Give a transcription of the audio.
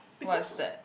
what's that